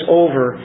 over